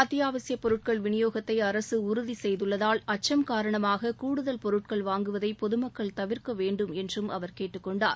அத்திபாவசியப் பொருட்கள் விநியோகத்தை அரசு உறுதி செய்துள்ளதால் அச்சம் காரணமாக கூடுதல் பொருட்கள் வாங்குவதை பொதுமக்கள் தவிர்க்க வேண்டும் என்றும் அவர் கேட்டுக் கொண்டார்